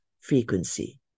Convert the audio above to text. frequency